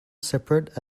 separate